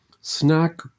snack